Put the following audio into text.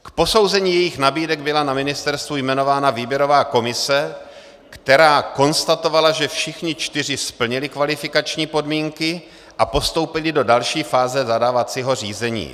K posouzení jejich nabídek byla na ministerstvu jmenována výběrová komise, která konstatovala, že všichni čtyři splnili kvalifikační podmínky a postoupili do další fáze zadávacího řízení.